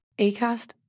Acast